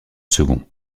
second